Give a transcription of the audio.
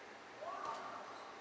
mm